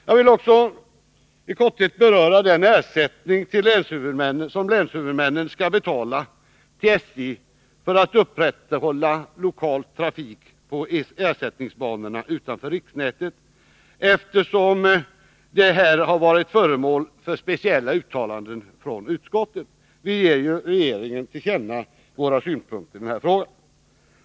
Jag vill också i korthet beröra den ersättning som länshuvudmännen skall betala till SJ för att SJ upprätthåller lokal trafik på ersättningsbanor utanför riksnätet, eftersom den varit föremål för speciella uttalanden från utskottet, som vill ge regeringen till känna sina synpunkter i frågan.